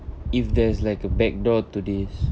if there's like a back door to this